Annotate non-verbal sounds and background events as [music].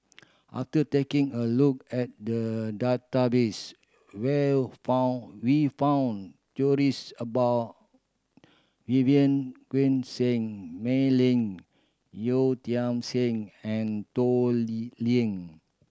after taking a look at the database will found we found [unintelligible] about Vivien [unintelligible] Seah Mei Lin Yeo Tiam Siew and Toh Liying